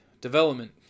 development